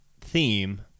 theme